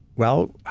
well,